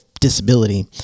disability